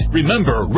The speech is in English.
Remember